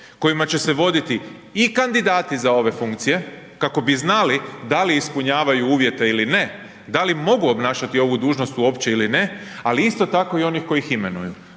kojima će se voditi i kandidati za ove funkcije kako bi znali da li ispunjavaju uvjete ili ne, da li mogu obnašati ovu dužnost uopće ili ne, ali isto tako i onih koji ih imenuju,